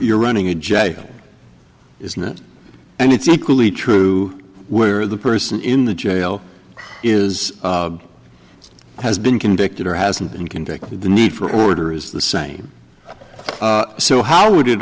you're running a jail isn't it and it's equally true where the person in the jail is has been convicted or hasn't been convicted the need for order is the same so how would it